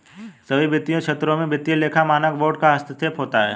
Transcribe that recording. सभी वित्तीय क्षेत्रों में वित्तीय लेखा मानक बोर्ड का हस्तक्षेप होता है